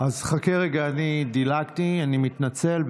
חכה רגע, אני דילגתי, אני מתנצל.